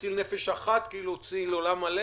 המציל נפש אחת כאילו הציל עולם מלא.